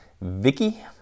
Vicky